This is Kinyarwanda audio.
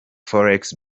forex